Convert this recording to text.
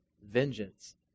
vengeance